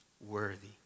worthy